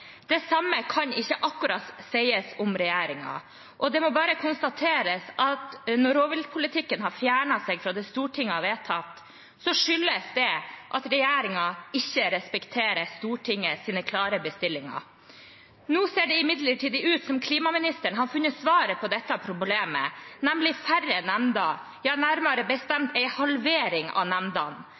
Det samme kan ikke akkurat sies om regjeringen. Og det må bare konstateres at når rovviltpolitikken har fjernet seg fra det Stortinget har vedtatt, skyldes det at regjeringen ikke respekterer Stortingets klare bestillinger. Nå ser det imidlertid ut som om klimaministeren har funnet svaret på dette problemet, nemlig færre nemnder – ja, nærmere bestemt en halvering av